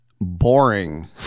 boring